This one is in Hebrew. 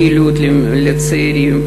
פעילות לצעירים.